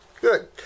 Good